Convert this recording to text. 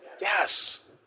Yes